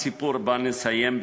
אז סיפור שבו נסיים,